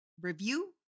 review